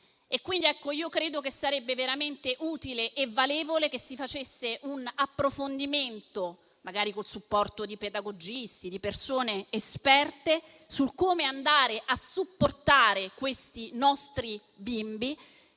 quindi, che sarebbe veramente utile e valevole che si facesse un approfondimento, magari con il supporto di pedagogisti, di persone esperte, su come andare a supportare i nostri bambini,